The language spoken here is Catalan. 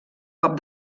cop